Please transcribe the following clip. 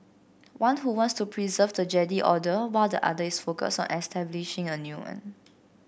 one who wants to preserve the Jedi Order while the other is focused on establishing a new one